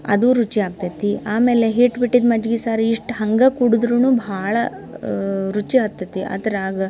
ಅದು ರುಚಿ ಆಗ್ತದೆ ಆಮೇಲೆ ಹಿಟ್ಟು ಬಿಟ್ಟಿದ್ದು ಮಜ್ಗೆ ಸಾರಿಗೆ ಇಷ್ಟು ಹಾಗೆ ಕುಡುದ್ರೂ ಭಾಳ ರುಚಿ ಹತ್ತತಿ ಅದ್ರಾಗ